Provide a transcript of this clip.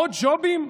עוד ג'ובים?